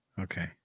Okay